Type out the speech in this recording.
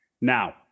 Now